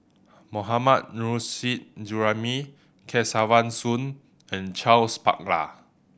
Mohammad Nurrasyid Juraimi Kesavan Soon and Charles Paglar